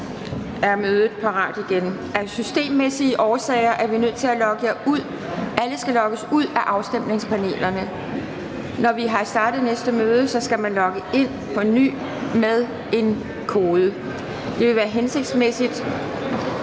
i dette møde. Af systemmæssige årsager er vi nødt til at logge jer af afstemningssystemet. Når vi starter næste møde, skal I logge jer ind på ny med en kode. Det vil være hensigtsmæssigt,